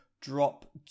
drop